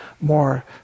more